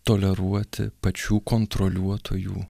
toleruoti pačių kontroliuotojų